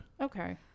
Okay